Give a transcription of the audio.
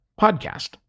podcast